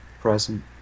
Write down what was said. present